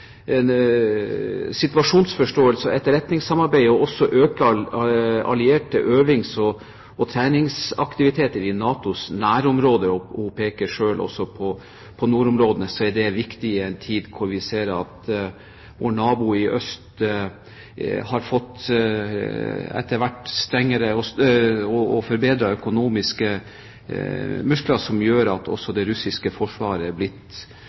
etterretningssamarbeid, og å øke allierte øvings- og treningsaktiviteter i NATOs nærområder. Hun pekte selv på at nordområdene er viktige i en tid hvor vi ser at vår nabo i øst etter hvert har fått større økonomiske muskler, som også gjør at det russiske forsvaret er blitt